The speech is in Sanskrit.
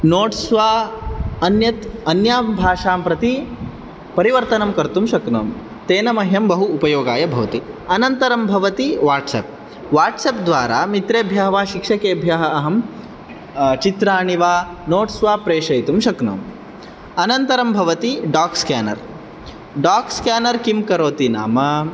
नोट्स् वा अन्यत् अन्यां भाषां प्रति परिवर्तनं कर्तुं शक्नोमि तेन मह्यं बहु उपयोगाय भवति अनन्तरं भवति वाट्साप् वाट्साप् द्वारा मित्रेभ्यः वा शिक्षकेभ्यः अहं चित्राणि वा नोट्स् वा प्रेषयितुं शक्नोमि अनन्तरं भवति डोक्स्केनर् डोक्स्केनर् किं करोति नाम